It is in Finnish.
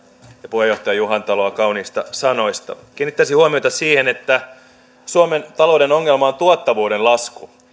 ja puheenjohtaja juhantaloa kauniista sanoista kiinnittäisin huomiota siihen että suomen talouden ongelma on tuottavuuden lasku